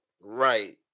Right